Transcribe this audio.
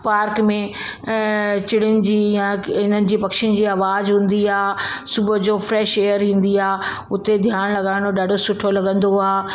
park में चिड़िनि जी या की हिन जो पक्षियुनि जो आवाज़ हूंदी आहे सुबुहु जो फ्रेश एयर ईंदी आहे उते ध्यानु लॻाइणो ॾाढो सुठो लॻंदो आहे